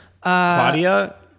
Claudia